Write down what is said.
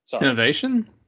innovation